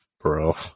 bro